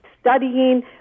studying